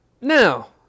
Now